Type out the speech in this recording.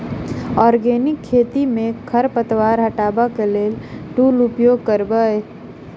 Organic खेती मे खरपतवार हटाबै लेल केँ टूल उपयोग करबै?